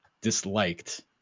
disliked